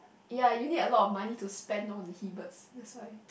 ya you need a lot of money to spend on the he birds